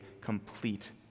complete